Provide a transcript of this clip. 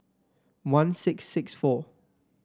one six six four